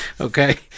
Okay